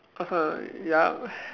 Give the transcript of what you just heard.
(uh huh) yup